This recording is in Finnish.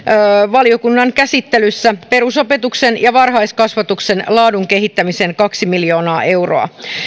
valiokunnan käsittelyssä perusopetuksen ja varhaiskasvatuksen laadun kehittämiseen kaksi miljoonaa euroa